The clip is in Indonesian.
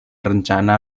rencana